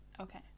Okay